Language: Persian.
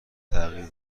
تغییر